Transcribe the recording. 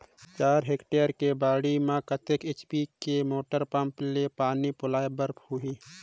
चार हेक्टेयर के बाड़ी म कतेक एच.पी के मोटर पम्म ले पानी पलोय बर होही?